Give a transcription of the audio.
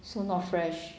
so not fresh